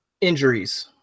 injuries